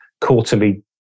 quarterly